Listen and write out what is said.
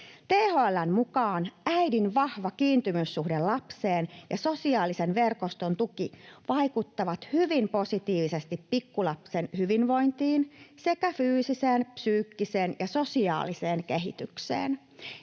THL:n mukaan äidin vahva kiintymyssuhde lapseen ja sosiaalisen verkoston tuki vaikuttavat hyvin positiivisesti pikkulapsen hyvinvointiin sekä fyysiseen, psyykkiseen ja sosiaaliseen kehitykseen,